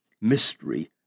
Mystery